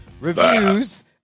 reviews